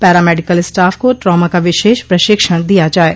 para medical staff को trauma का विशेष प्रशिक्षण दिया जाये